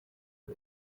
ese